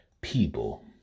People